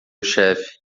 chefe